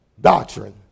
doctrine